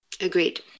Agreed